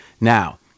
Now